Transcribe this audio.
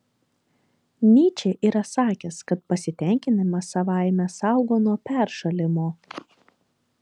nyčė yra sakęs kad pasitenkinimas savaime saugo nuo peršalimo